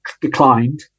declined